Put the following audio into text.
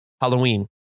halloween